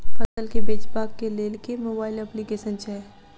फसल केँ बेचबाक केँ लेल केँ मोबाइल अप्लिकेशन छैय?